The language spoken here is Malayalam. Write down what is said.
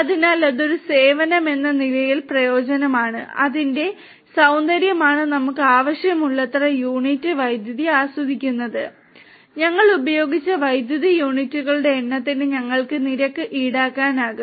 അതിനാൽ അത് ഒരു സേവനമെന്ന നിലയിൽ പ്രയോജനമാണ് അതിന്റെ സൌന്ദര്യമാണ് നമുക്ക് ആവശ്യമുള്ളത്ര യൂണിറ്റ് വൈദ്യുതി ആസ്വദിക്കുന്നത് ഞങ്ങൾ ഉപയോഗിച്ച വൈദ്യുതി യൂണിറ്റുകളുടെ എണ്ണത്തിന് ഞങ്ങൾ നിരക്ക് ഈടാക്കും